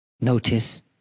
notice